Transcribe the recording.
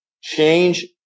Change